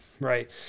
Right